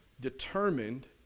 determined